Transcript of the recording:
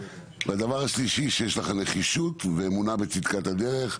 הדבר השלישי הוא שיש לך נחישות ואמונה בצדקת הדרך.